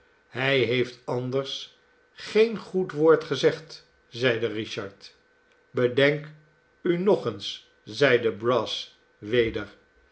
hij heeft anders geen goed woord gezegd zeide richard bedenk u nog eens zeide brass weder